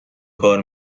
کار